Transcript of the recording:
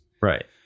Right